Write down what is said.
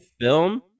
film